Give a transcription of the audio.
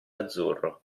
azzurro